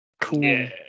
Cool